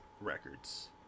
records